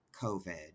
covid